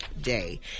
day